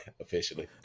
officially